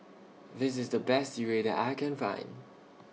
This IS The Best Sireh that I Can Find